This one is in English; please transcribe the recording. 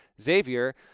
Xavier